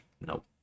nope